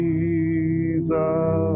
Jesus